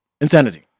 insanity